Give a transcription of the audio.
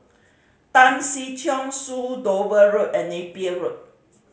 Tan Si Chong Su Dover Road and Napier Road